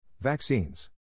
Vaccines